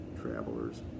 travelers